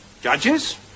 judges